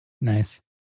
nice